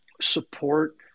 support